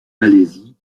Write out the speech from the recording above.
malaisie